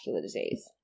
disease